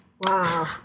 Wow